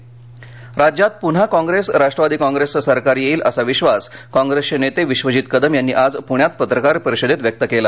कदम राज्यात पुन्हा काँग्रेस राष्ट्रवादी काँग्रेसचं सरकार येईल असा विश्वास काँग्रेसचे नेते विश्वजीत कदम यांनी आज पुण्यात पत्रकार परिषदेत व्यक्त केला